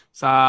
sa